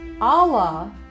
Allah